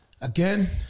Again